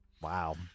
Wow